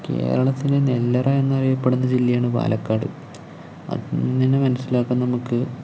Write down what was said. കേരളത്തിലെ നെല്ലറയെന്നറിയപ്പെടുന്ന ജില്ലയാണ് പാലക്കാട് അതിൽ നിന്നുതന്നെ മനസിലാക്കാം നമുക്ക്